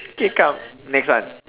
K come next one